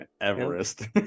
everest